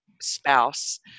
spouse